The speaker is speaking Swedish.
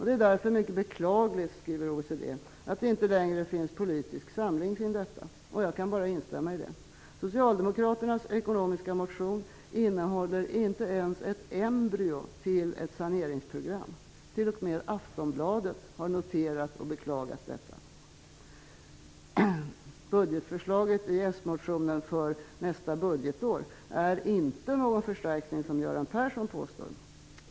Det är därför mycket beklagligt, skriver OECD, att det inte längre finns politisk samling kring detta. Jag kan bara instämma. Socialdemokraternas ekonomiska motion innehåller inte ens ett embryo till ett saneringsprogram. T.o.m. Aftonbladet har noterat och beklagat detta. Budgetförslaget i s-motionen för nästa budgetår innebär inte någon förstärkning, som Göran Persson påstår.